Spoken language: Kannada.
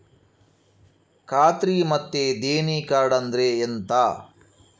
ಖಾತ್ರಿ ಮತ್ತೆ ದೇಣಿ ಕಾರ್ಡ್ ಅಂದ್ರೆ ಎಂತ?